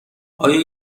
آیا